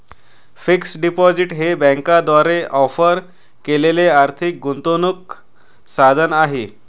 fixed deposit हे बँकांद्वारे offer केलेले आर्थिक गुंतवणूक साधन आहे